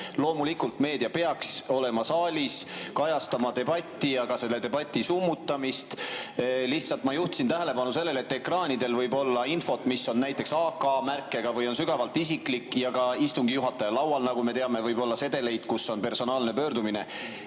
loomulikult meedia peaks olema saalis, kajastama debatti ja ka selle debati summutamist. Lihtsalt ma juhtisin tähelepanu sellele, et ekraanidel võib olla infot, mis on näiteks AK-märkega või on sügavalt isiklik. Ka istungi juhataja laual, nagu me teame, võib olla sedeleid, kus on kirjas personaalne pöördumine.